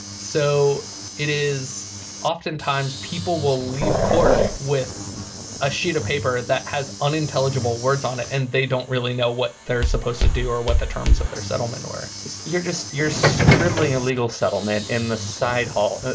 so it is oftentimes people will leave court with a sheet of paper that has unintelligible words on it and they don't really know what they're supposed to do or what the terms of their settlement or you're just you're scribbling illegal settlement in the side hall ah